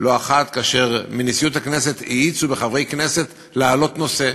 שלא אחת האיצו בנשיאות הכנסת בחברי כנסת להעלות נושא